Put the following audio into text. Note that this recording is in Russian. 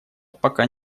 пока